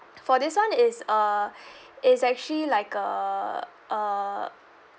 for this [one] is uh is actually like a uh